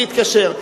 להתקשר.